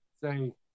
say